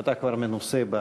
אתה כבר מנוסה בתחום.